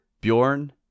bjorn